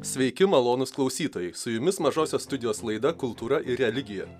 sveiki malonūs klausytojai su jumis mažosios studijos laida kultūra ir religija